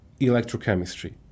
electrochemistry